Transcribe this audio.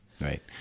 Right